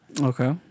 Okay